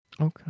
Okay